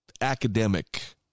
academic